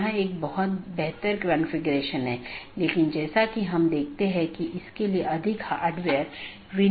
तो एक है optional transitive वैकल्पिक सकर्मक जिसका मतलब है यह वैकल्पिक है लेकिन यह पहचान नहीं सकता है लेकिन यह संचारित कर सकता है